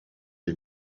les